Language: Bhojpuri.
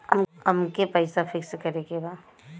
अमके पैसा फिक्स करे के बा?